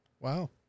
Wow